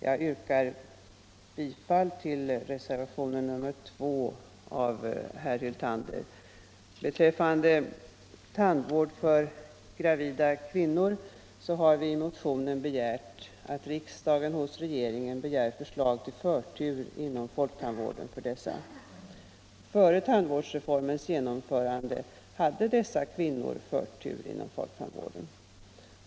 Jag yrkar bifall till reservationen 2 av herr Hyltander. Vad tandvården för gravida kvinnor angår har vi i motionen hemställt att riksdagen hos regeringen begär förslag till förtur inom folktandvården för dessa kvinnor. Före tandvårdsreformens genomförande hade de förtur inom folktandvården.